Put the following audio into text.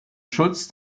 schutz